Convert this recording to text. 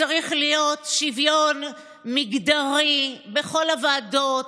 צריך להיות שוויון מגדרי בכל הוועדות,